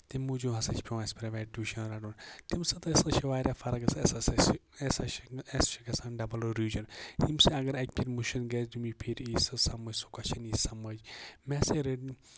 تَمہِ موٗجوٗب ہسا چھُ پیٚوان اَسہِ پریویٹ ٹیوٗشن رَٹُن تَمہِ سۭتۍ ہسا چھِ واریاہ فرق گژھان أسی ہسا چھِ أسۍ چھِ اَسہِ چھُ گژھان ڈَبٕل روجن ییٚمہِ سۭتۍ اَگر اَکہِ پھیٖرِ مٔشتھ گژھِ دوٚیمہِ پھیٖرِ یی سُہ سَمجھ سُہ کوچشن یی سَمجھ مےٚ سا رٔٹۍ